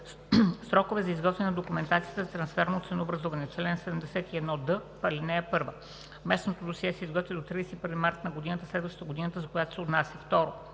Срокове за изготвяне на документацията за трансферно ценообразуване Чл. 71д. (1) Местното досие се изготвя до 31 март на годината, следваща годината, за която се отнася.